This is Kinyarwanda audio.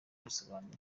kwisobanura